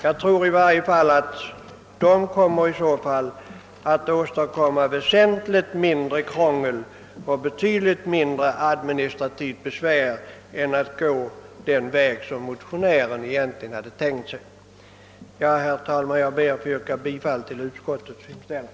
Jag tror i varje fall att det kommer att åstadkomma väsentligt mindre krångel och betydligt mindre administrativt besvär än om man skulle gå den väg som motionärerna närmast hade tänkt sig. Herr talman! Jag ber att få yrka bifall till utskottets hemställan.